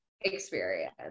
experience